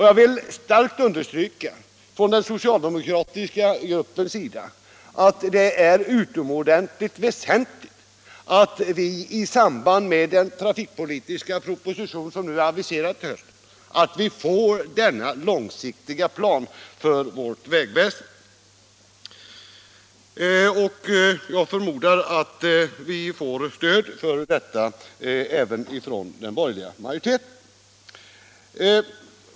Jag vill starkt understryka å den socialdemokratiska gruppens vägnar att det är utomordentligt väsentligt att vi i samband med den trafikpolitiska proposition som är aviserad till hösten får denna långsiktiga plan för vårt vägväsen. Jag förmodar att vi får stöd för detta krav även från den borgerliga majoriteten.